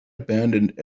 abandoned